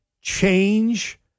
change